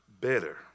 better